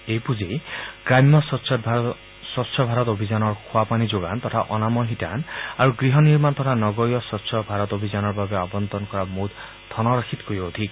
এই পুঁজি গ্ৰাম্য স্বছ্ ভাৰত অভিযানৰ খোৱা পানী যোগান আৰু অনাময় শিতান আৰু গৃহনিৰ্মাণ তথা নগৰীয় স্বচ্ছ ভাৰত অভিযানৰ বাবে আবণ্টন কৰা মুঠ ধনৰাশিতকৈও অধিক